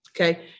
Okay